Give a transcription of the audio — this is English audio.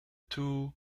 two